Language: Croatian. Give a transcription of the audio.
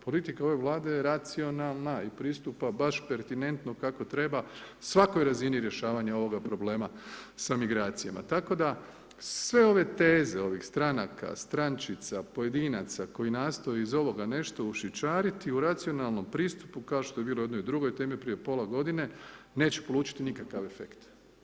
Politika ove Vlade je racionalna i pristupa baš pertinentno kako treba svakoj razini rješavanja ovoga problema sa migracijama, tako da sve ove teze, ovih stranka, strančica, pojedinaca, koji nastoje iz ovoga nešto ušićariti u racionalnom pristupu kao što je bilo o nekoj drugoj temi prije pola godine, neće polučiti nikakav efekt.